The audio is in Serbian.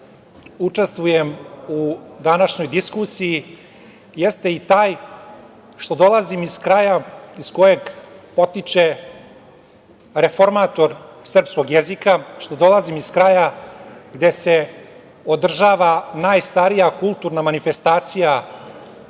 učestvujem u današnjoj diskusiji jeste i taj što dolazim iz kraja iz kojeg potiče reformator srpskog jezika, što dolazim iz kraja gde se održava najstarija kulturna manifestacija